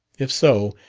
if so,